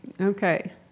Okay